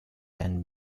and